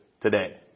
today